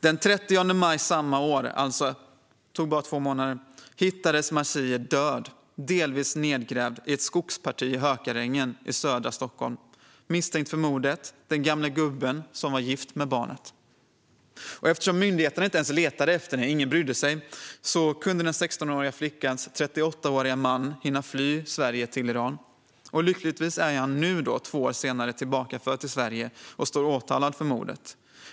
Den 30 maj samma år hittades Marzieh död, delvis nedgrävd i ett skogsparti i Hökarängen i södra Stockholm. Misstänkt för mordet: den gamle gubben som var gift med barnet. Eftersom myndigheterna inte ens letade efter henne - ingen brydde sig - hann den 16-åriga flickans 38-åriga man fly från Sverige till Iran. Lyckligtvis är han nu, två år senare, tillbakaförd till Sverige och står åtalad för mordet.